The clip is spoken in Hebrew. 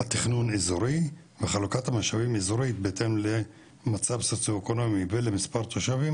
התכנון אזורי וחלוקה משאבים אזורי בהתאם למצב סוציואקונומי ומס' תושבים,